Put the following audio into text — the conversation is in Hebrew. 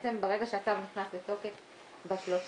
בעצם ברגע שהצו נכנס לתוקף ב-30,